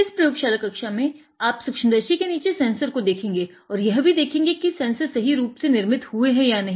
इस प्रयोगशाला कक्षा में आप सूक्ष्मदर्शी के नीचे सेंसर को देखेंगे और यह भी देखेंगे कि सेंसर सही रूप से निर्मित हुए है या नही